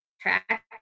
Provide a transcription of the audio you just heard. track